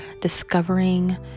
discovering